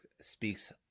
speaks